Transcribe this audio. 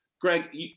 Greg